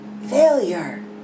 failure